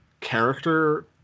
character